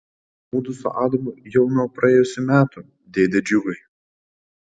mudu su adomu jau nuo praėjusių metų dėde džiugai